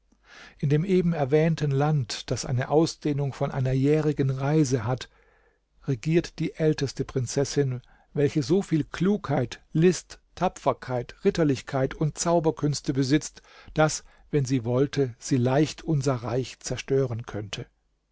in dem eben erwähnten land das eine ausdehnung von einer jährigen reise hat regiert die älteste prinzessin welche so viel klugheit list tapferkeit ritterlichkeit und zauberkünste besitzt daß wenn sie wollte sie leicht unser reich zerstören könnte